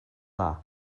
dda